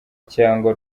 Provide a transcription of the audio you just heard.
cyangwa